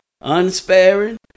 unsparing